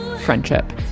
friendship